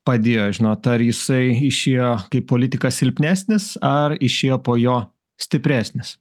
padėjo žinot ar jisai išėjo kaip politikas silpnesnis ar išėjo po jo stipresnis